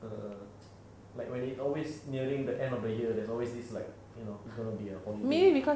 err like when you always nearing the end of the year there's always this like you know it's gonna be a holiday